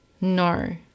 No